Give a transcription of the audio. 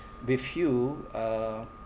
with you uh